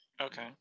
Okay